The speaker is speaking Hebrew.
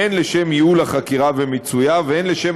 הן לשם ייעול החקירה ומיצויה והן לשם